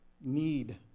need